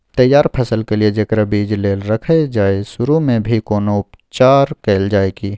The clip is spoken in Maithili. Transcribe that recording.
तैयार फसल के लिए जेकरा बीज लेल रखल जाय सुरू मे भी कोनो उपचार कैल जाय की?